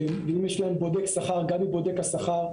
ואם יש להן בודק שכר גם עם בודק השכר,